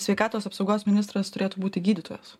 sveikatos apsaugos ministras turėtų būti gydytojas